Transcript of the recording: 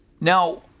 Now